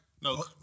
No